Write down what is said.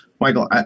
Michael